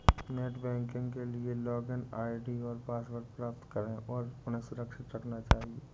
net banking के लिए login ID और पासवर्ड प्राप्त करें और उन्हें सुरक्षित रखना चहिये